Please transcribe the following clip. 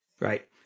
Right